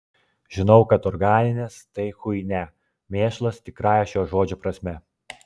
žinau kad organinės tai chuinia mėšlas tikrąja šio žodžio prasme